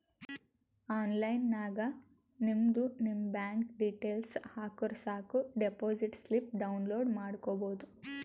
online ನಾಗ್ ನಿಮ್ದು ನಿಮ್ ಬ್ಯಾಂಕ್ ಡೀಟೇಲ್ಸ್ ಹಾಕುರ್ ಸಾಕ್ ಡೆಪೋಸಿಟ್ ಸ್ಲಿಪ್ ಡೌನ್ಲೋಡ್ ಮಾಡ್ಕೋಬೋದು